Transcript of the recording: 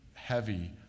heavy